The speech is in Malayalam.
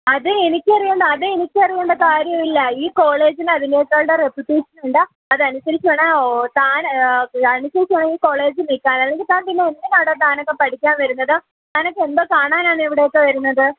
അത് എനിക്കറിയേണ്ട അത് എനിക്കറിയേണ്ട കാര്യമില്ലാ ഈ കോളേജിലതിൻ്റേതായ റെപ്പ്യൂട്ടേഷനുണ്ട് അതനുസരിച്ച് വേണം താൻ അനുസരിക്കുകയാണെങ്കിൽ കോളേജിൽ നിൽക്കാം അല്ലെങ്കിൽ തന്ന് പിന്നെ എന്തിനാടോ താനൊക്കെ പഠിക്കാൻ വരുന്നത് താനൊക്കെ എന്തോ കാണാനാണ് ഇവിടേക്ക് വരുന്നത്